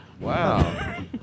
Wow